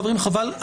חברים, חבל.